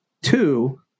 Two